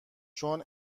چون